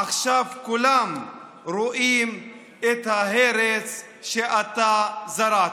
עכשיו כולם רואים את ההרס שאתה זרעת.